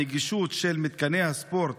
הנגישות של מתקני הספורט